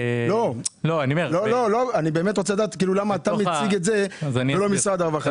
אני באמת רוצה לדעת למה אתה מציג את זה ולא משרד הרווחה.